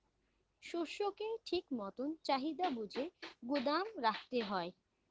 শস্যকে ঠিক মতন চাহিদা বুঝে গুদাম রাখতে হয়